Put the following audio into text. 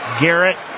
Garrett